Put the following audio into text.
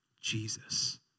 Jesus